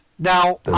Now